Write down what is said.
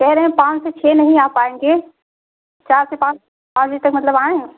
कह रहें पाँच से छः नहीं आ पाएँगे चार से पाँच पाँच बजे तक मतलब आएँ